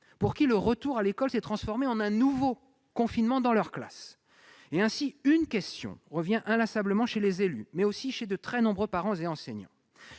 pour qui le retour à l'école s'est transformé en un nouveau confinement, dans leur classe. Aussi une question revient-elle inlassablement chez les élus, mais aussi chez de très nombreux parents et enseignants